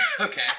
Okay